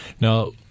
Now